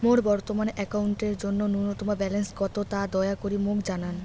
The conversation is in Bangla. মোর বর্তমান অ্যাকাউন্টের জন্য ন্যূনতম ব্যালেন্স কত তা দয়া করি মোক জানান